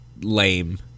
lame